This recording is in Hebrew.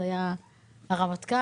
שהיה אז הרמטכ"ל,